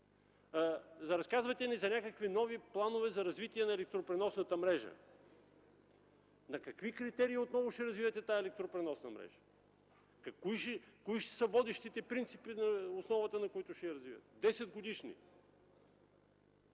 Разказвате ни за някакви нови планове за развитие на електропреносната мрежа. На какви критерии отново ще развивате тази електропреносна мрежа? Кои ще са водещите принципи на основата, на които ще я развивате? Десетгодишни?!